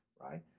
right